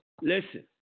listen